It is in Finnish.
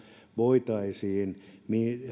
voitaisiin